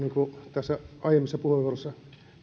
niin kuin aiemmissa puheenvuoroissa